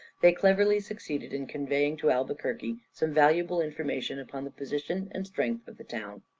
they cleverly succeeded in conveying to albuquerque some valuable information upon the position and strength of the town.